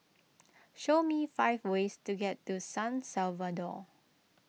show me five ways to get to San Salvador